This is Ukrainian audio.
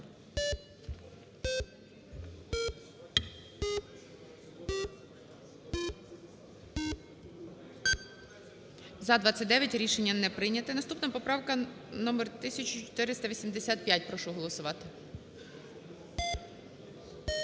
За-30 Рішення не прийняте. І наступна поправка номер 1477. Прошу голосувати.